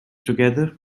together